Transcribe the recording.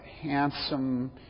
handsome